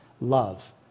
love